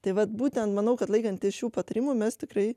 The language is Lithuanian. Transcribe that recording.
tai vat būtent manau kad laikantis šių patarimų mes tikrai